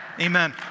Amen